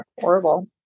horrible